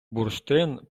бурштин